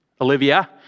Olivia